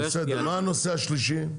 בסדר, מה הנושא השלישי?